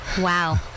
Wow